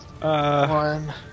One